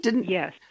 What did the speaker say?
Yes